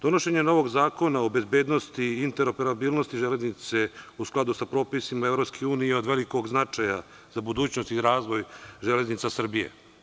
Donošenjem novog Zakona o bezbednosti i interoperabilnosti železnice u skladu sa propisima EU je od velikog značaja za budućnost i razvoj „Železnica Srbije“